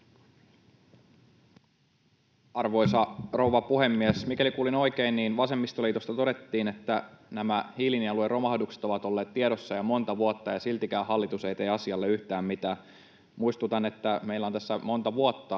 Arvoisa rouva puhemies! Mikäli kuulin oikein, niin vasemmistoliitosta todettiin, että nämä hiilinielujen romahdukset ovat olleet tiedossa jo monta vuotta ja siltikään hallitus ei tee asialle yhtään mitään. Muistutan, että meillä on tässä monta vuotta